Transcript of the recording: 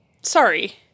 Sorry